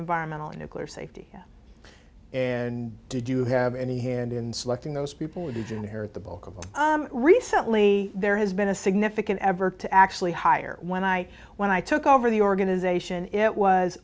environmental and nuclear safety and did you have any hand in selecting those people who didn't hear the bulk of the recently there has been a significant ever to actually hire when i when i took over the organization it was